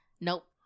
Nope